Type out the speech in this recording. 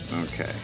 Okay